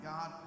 God